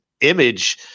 image